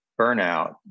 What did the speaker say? burnout